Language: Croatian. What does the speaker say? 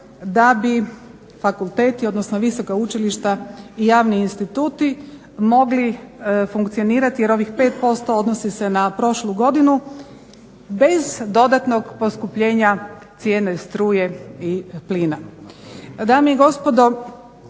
da bi fakulteti, odnosno visoka učilišta i javni instituti mogli funkcionirati jer ovih 5% odnosi se na prošlu godinu bez dodatnog poskupljenja cijene struje i plina.